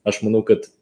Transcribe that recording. aš manau kad